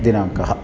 दिनाङ्कः